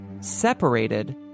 separated